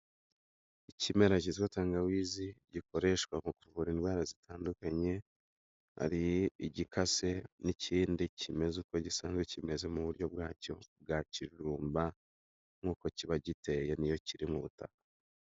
Ikimera cyitwa tangawizi gikoreshwa mu kuvura indwara zitandukanye hari igikase n'ikindi kimeze uko gisanzwe kimeze mu buryo bwacyo bwa kijumba nk'uko kiba giteye niyo kiri mu butaka.